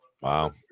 Wow